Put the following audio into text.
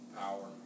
power